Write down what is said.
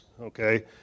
okay